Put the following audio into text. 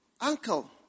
Uncle